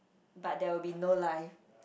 but there will be no life